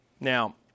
Now